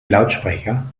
lautsprecher